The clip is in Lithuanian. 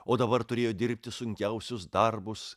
o dabar turėjo dirbti sunkiausius darbus